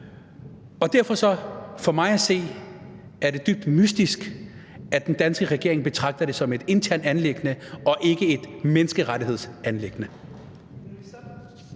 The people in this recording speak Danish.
er det for mig at se dybt mystisk, at den danske regering betragter det som et internt anliggende og ikke et menneskerettighedsanliggende.